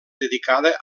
dedicada